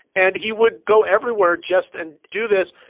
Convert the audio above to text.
and he would go everywhere just and do this.